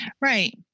Right